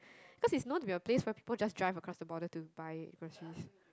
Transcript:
cause it's known to be a place where people just drive across the border to buy groceries